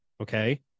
okay